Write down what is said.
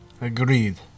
Agreed